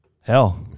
Hell